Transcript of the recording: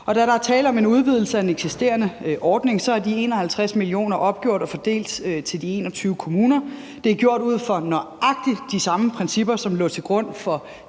Da der er tale om en udvidelse af en eksisterende ordning, er de 51 mio. kr. opgjort og fordelt til de 21 kommuner. Det er gjort ud fra nøjagtig de samme principper, som lå til grund for